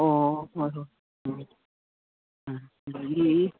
ꯑꯣ ꯍꯣꯏ ꯍꯣꯏ ꯎꯝ ꯑꯥ ꯑꯗꯒꯤ